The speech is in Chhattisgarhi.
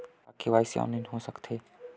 का के.वाई.सी ऑनलाइन हो सकथे?